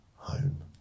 Home